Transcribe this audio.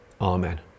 Amen